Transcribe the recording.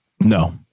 No